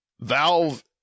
Valve